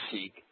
seek